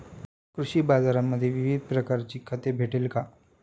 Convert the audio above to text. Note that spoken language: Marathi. कृषी बाजारांमध्ये विविध प्रकारची खते भेटेल का?